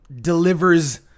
delivers